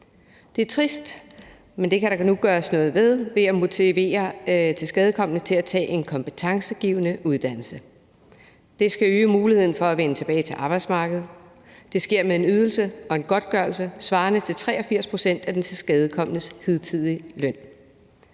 Det er trist, men det kan der nu gøres noget ved, ved at man motiverer tilskadekomne til at tage en kompetencegivende uddannelse. Det skal øge muligheden for at vende tilbage til arbejdsmarkedet, og det sker med en godtgørelse svarende til 83 pct. af den tilskadekomnes hidtidige løn.